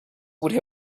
would